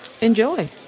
enjoy